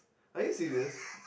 are you serious